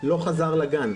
לא חזר לגן.